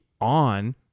on